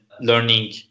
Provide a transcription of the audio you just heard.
learning